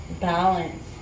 balance